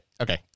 okay